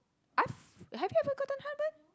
us have you ever gotten heartburn